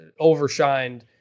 overshined